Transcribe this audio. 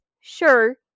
sure